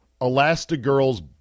Elastigirl's